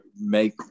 make